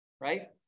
Right